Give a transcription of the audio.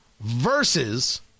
Versus